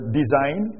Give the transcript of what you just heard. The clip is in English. design